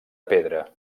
pedra